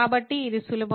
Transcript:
కాబట్టి ఇది సులభం